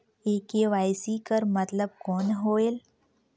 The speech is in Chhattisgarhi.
ये के.वाई.सी कर मतलब कौन होएल?